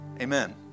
amen